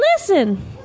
listen